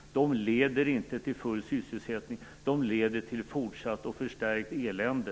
De leder inte till full sysselsättning - de leder till fortsatt och förstärkt elände.